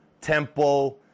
tempo